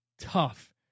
tough